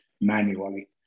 manually